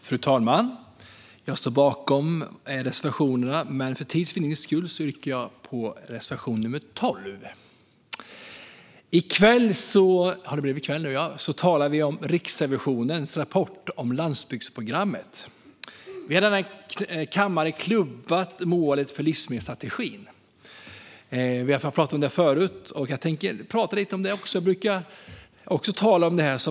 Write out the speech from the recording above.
Fru talman! Jag står bakom reservationerna, men för tids vinnande yrkar jag bifall endast till reservation nr 12. Vi talar i kväll om Riksrevisionens rapport om landsbygdsprogrammet. Vi har i denna kammare klubbat målen i livsmedelsstrategin. Vi har talat om dem förut, och jag tänker göra det lite nu också.